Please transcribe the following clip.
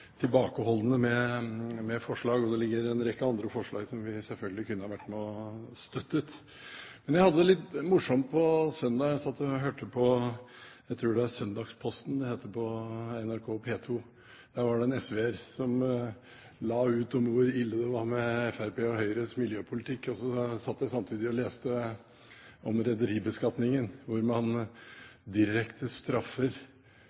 tilbakeholdne med forslag, og det ligger en rekke forslag som vi selvfølgelig også kunne ha vært med på å støtte. Jeg hadde det litt morsomt på søndag. Jeg satt og hørte på Søndagsposten på NRK P2, tror jeg det heter. Der var det en SV-er som la ut om hvor ille det var med Fremskrittspartiets og Høyres miljøpolitikk, samtidig som jeg satt og leste om rederibeskatningen hvor